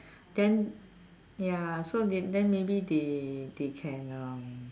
then ya so they then maybe they they can uh